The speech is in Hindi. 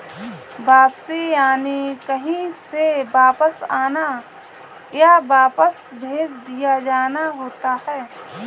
वापसी यानि कहीं से वापस आना, या वापस भेज दिया जाना होता है